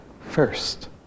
first